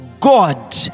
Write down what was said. God